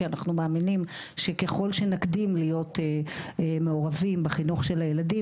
כי אנחנו מאמינים שככל שנקדים מעורבים בחינוך של הילדים,